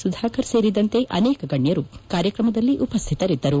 ಸುಧಾಕರ್ ಸೇರಿದಂತೆ ಅನೇಕ ಗಣ್ಣರು ಕಾರ್ಯಕ್ರಮದಲ್ಲಿ ಉಪಸ್ಥಿತರಿದ್ದರು